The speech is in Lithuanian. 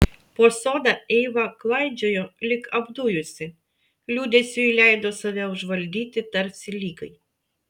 po sodą eiva klaidžiojo lyg apdujusi liūdesiui leido save užvaldyti tarsi ligai